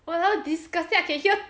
!walao! disgusting I can hear